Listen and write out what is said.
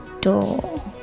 door